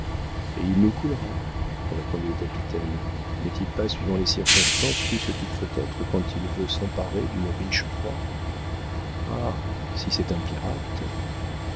et il nous coulera répondit le capitaine n'est-il pas suivant les circonstances tout ce qu'il faut être quand il veut s'emparer d'une riche proie ah si c'est un pirate